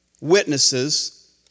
witnesses